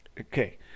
okay